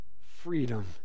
freedom